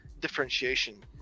differentiation